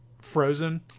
Frozen